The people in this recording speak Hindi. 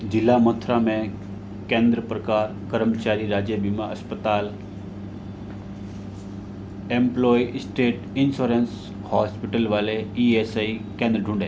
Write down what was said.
ज़िला मथुरा मे केंद्र प्रकार कर्मचारी राज्य बीमा अस्पताल एम्प्लोयी स्टेट इन्श्योरेन्स हॉस्पिटल वाले ई एस आई केंद्र ढूँढे